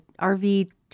RV